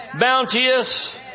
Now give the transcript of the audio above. bounteous